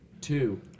two